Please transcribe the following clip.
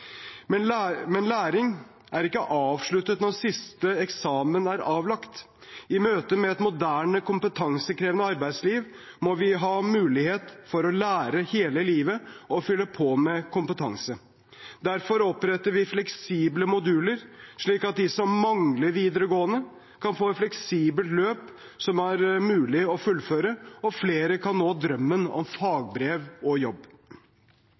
Men læring er ikke avsluttet når siste eksamen er avlagt. I møte med et moderne, kompetansekrevende arbeidsliv må vi ha mulighet for å lære hele livet og fylle på med kompetanse. Derfor oppretter vi fleksible moduler slik at de som mangler videregående, kan få et fleksibelt løp som er mulig å fullføre, og flere kan nå drømmen om fagbrev og jobb.